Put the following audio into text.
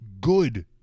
good